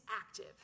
active